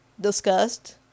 discussed